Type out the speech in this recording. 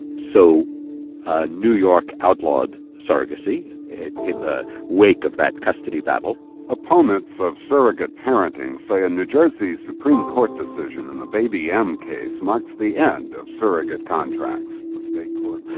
so new york outlawed surrogacy in the wake of that custody battle opponents of surrogate parenting say a new jersey supreme court decision in the baby m case marks the end of surrogate contracts. the state court